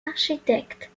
architectes